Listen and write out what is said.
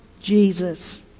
Jesus